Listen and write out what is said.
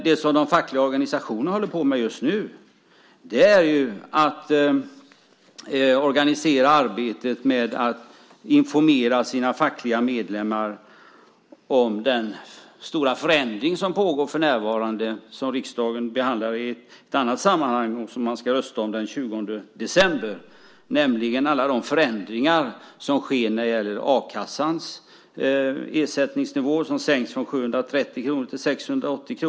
Det som de fackliga organisationerna håller på med just nu är ju att organisera arbetet med att informera sina fackliga medlemmar om den stora förändring som pågår för närvarande, som riksdagen behandlar i ett annat sammanhang och som man ska rösta om den 20 december. Det gäller alla de förändringar som sker när det gäller a-kassans ersättningsnivå. Den sänks från 730 kr till 680 kr.